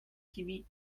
kiwi